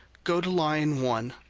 go to line one,